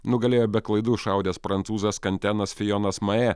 nugalėjo be klaidų šaudęs prancūzas kantenas fijonas majė